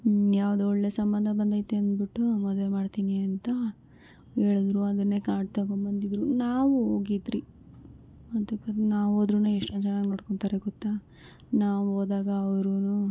ಹ್ಞೂ ಯಾವುದೋ ಒಳ್ಳೆ ಸಂಬಂಧ ಬಂದೈತೆ ಅಂದ್ಬಿಟ್ಟು ಮದುವೆ ಮಾಡ್ತೀನಿ ಅಂತ ಹೇಳಿದ್ರು ಅದನ್ನೇ ಕಾರ್ಡ್ ತೊಗೊಂಬಂದಿದ್ರು ನಾವೂ ಹೋಗಿದ್ವಿ ಅದಕ್ಕೆ ನಾವು ಹೋದ್ರೂ ಎಷ್ಟು ಚೆನ್ನಾಗಿ ನೋಡ್ಕೊಳ್ತಾರೆ ಗೊತ್ತ ನಾವು ಹೋದಾಗ ಅವ್ರೂ